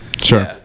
Sure